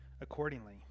accordingly